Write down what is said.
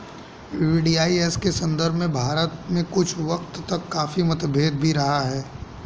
VDIS के संदर्भ में भारत में कुछ वक्त तक काफी मतभेद भी रहा है